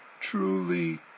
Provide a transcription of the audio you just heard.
truly